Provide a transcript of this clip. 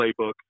playbook